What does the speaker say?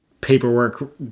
paperwork